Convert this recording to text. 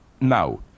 now